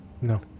No